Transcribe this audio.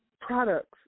products